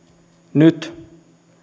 nyt tämä